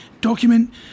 document